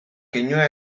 keinua